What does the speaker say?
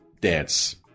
dance